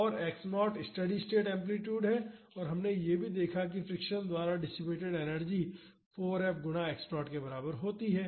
और x 0 steady state amplitude है और हमने यह भी देखा कि फ्रिक्शन द्वारा डिसिपेटड एनर्जी 4 F गुणा x 0 के बराबर है